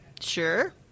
sure